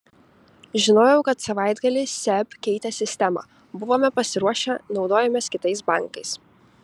žinojau kad savaitgalį seb keitė sistemą buvome pasiruošę naudojomės kitais bankais